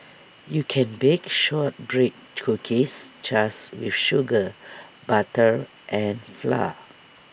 you can bake Shortbread Cookies just with sugar butter and flour